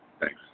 Thanks